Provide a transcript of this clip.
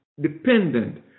dependent